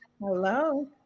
hello